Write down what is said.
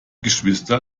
geschwister